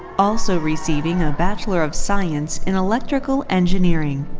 also receiving a bachelor of science in electrical engineering.